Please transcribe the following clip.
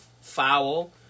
foul